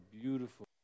beautiful